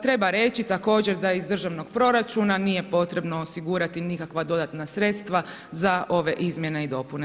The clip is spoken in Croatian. Treba reći također da iz državnog proračuna nije potrebno osigurati nikakva dodatna sredstva za ove izmjene i dopune.